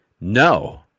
no